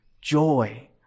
joy